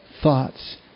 thoughts